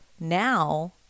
now